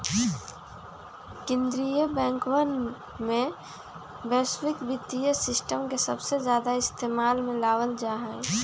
कीन्द्रीय बैंकवन में वैश्विक वित्तीय सिस्टम के सबसे ज्यादा इस्तेमाल में लावल जाहई